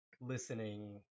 listening